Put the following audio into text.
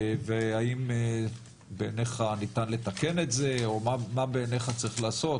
והאם בעיניך ניתן לתקן את זה או מה בעיניך צריך לעשות?